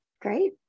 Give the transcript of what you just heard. Great